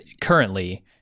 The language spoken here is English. currently